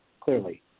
clearly